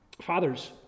Fathers